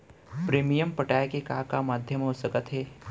Premium पटाय के का का माधयम हो सकत हे?